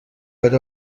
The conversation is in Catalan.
per